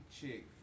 chick